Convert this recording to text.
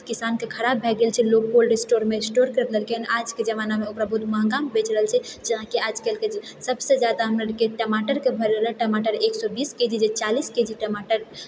किसानके खराब भए गेल छै लोग कोल्ड स्टोरमे स्टोर करि लेलकै हेँ आजके जमानामे ओकरा बहुत महङ्गामे बेचि रहल छै जेनाकि आजकल के जे सभसँ ज्यादा हमरा अरके टमाटरके भऽ रहल अइ टमाटर एक सए बीस के जी जे चालीस के जी टमाटर